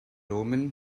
roman